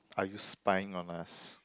are you spying on us